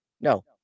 No